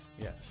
yes